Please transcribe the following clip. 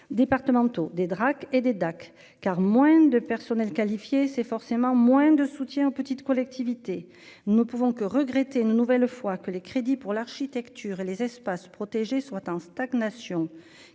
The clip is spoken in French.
départementaux des Drac et des dac car moins de personnel qualifié, c'est forcément moins de soutien aux petites collectivités ne pouvons que regretter une nouvelle fois que les crédits pour l'architecture et les espaces protégés soit en stagnation,